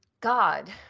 God